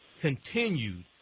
continued